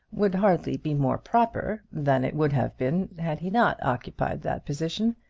would hardly be more proper than it would have been had he not occupied that position.